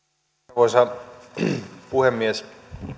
arvoisa puhemies